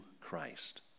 Christ